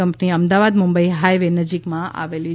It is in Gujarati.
કંપની અમદાવાદ મુંબઈ હાઇવે નજીકમાં આવેલી છે